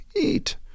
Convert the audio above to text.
eat